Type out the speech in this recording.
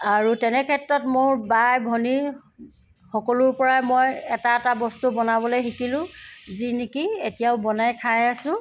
আৰু তেনে ক্ষেত্ৰত মোৰ বাই ভনী সকলোৰে পৰা মই এটা এটা বস্তু বনাবলৈ শিকিলো যি নিকি এতিয়াও বনাই খাই আছো